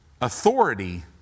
Authority